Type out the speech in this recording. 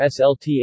SLTA